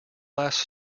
last